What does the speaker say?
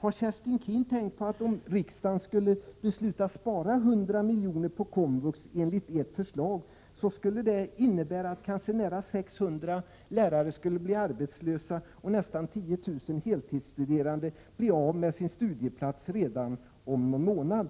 Har Kerstin Keen tänkt på att om riksdagen skulle besluta att spara 100 miljoner på komvux enligt ert förslag, skulle det innebära att kanske nära 600 lärare skulle bli arbetslösa och att ungefär 10 000 heltidsstuderande skulle bli av med sin studieplats redan om någon månad?